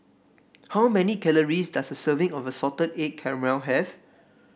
how many calories does a serving of Salted Egg Calamari have